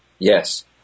Yes